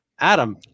Adam